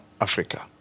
Africa